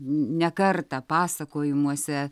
ne kartą pasakojimuose